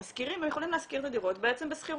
הם משכירים ויכולים להשכיר את הדירות בשכירות